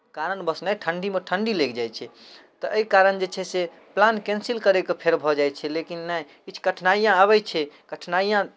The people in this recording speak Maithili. कारणवश नहि ठण्ढीमे ठण्ढी लागि जाइ छै तऽ एहि कारण जे छै से प्लान कैंसिल करयके फेर भऽ जाइ छै लेकिन नहि किछु कठिनाइयाँ आबै छै कठिनाइयाँ